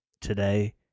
Today